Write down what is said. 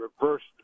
reversed